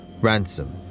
ransom